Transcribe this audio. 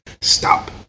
stop